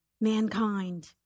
mankind